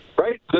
right